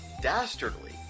Dastardly